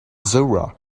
zora